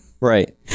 Right